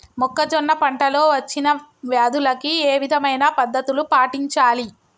మొక్కజొన్న పంట లో వచ్చిన వ్యాధులకి ఏ విధమైన పద్ధతులు పాటించాలి?